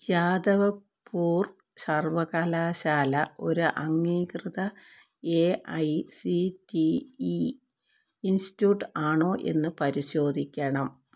ജാദവ്പൂർ സർവകലാശാല ഒരു അംഗീകൃത A I C T E institute ആണോ എന്ന് പരിശോധിക്കണം